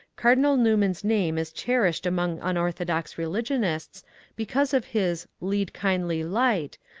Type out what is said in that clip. cardinal newman's name is cherished among unorthodox religionists because of his lead, kindly light,